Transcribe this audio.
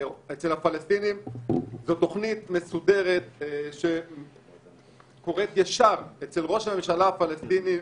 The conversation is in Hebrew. אצל הפלסטינים זו תוכנית מסודרת שקורית ישר אצל ראש הממשלה הפלסטיני.